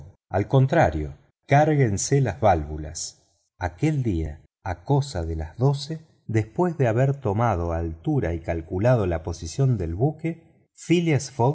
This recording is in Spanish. al contrario cárguense las válvulas aquel día a cosa de las doce después de haber tomado altura y calculado la posición del buque phileas